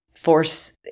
force